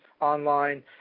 online